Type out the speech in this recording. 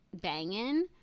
banging